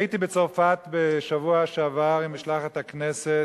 הייתי בצרפת בשבוע שעבר עם משלחת הכנסת,